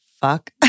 fuck